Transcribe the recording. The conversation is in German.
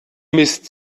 mist